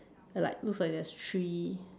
like looks like there's three